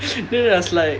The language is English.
pop ya then I was like